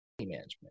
management